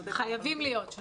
חייבים להיות שם.